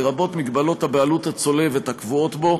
לרבות מגבלות הבעלות הצולבת הקבועות בו,